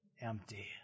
empty